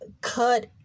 cut